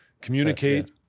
communicate